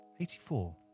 84